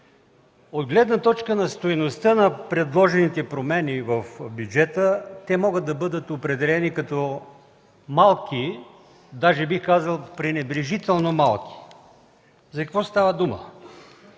От гледна точка на стойността на предложените промени в бюджета, те могат да бъдат определени като малки, бих казал, пренебрежително малки. За какво става дума?